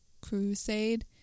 Crusade